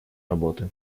работы